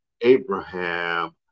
Abraham